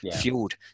fueled